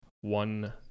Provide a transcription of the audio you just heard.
one